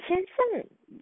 天上